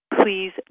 please